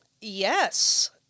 Yes